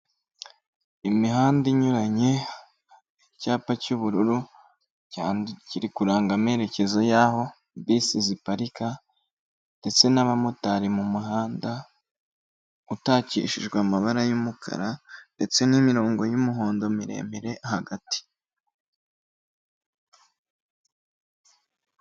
Imihanda inyuranye, icyapa cy'ubururu, kiri kuranga amerekezo y'aho bisi ziparika, ndetse n'abamotari mu muhanda, utakishijwe amabara y'umukara, ndetse n'imirongo y'umuhondo miremire hagati.